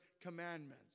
commandments